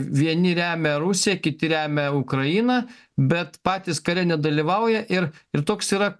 vieni remia rusiją kiti remia ukrainą bet patys kare nedalyvauja ir ir toks yra